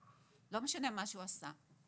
לא משנה מה שהוא עשה.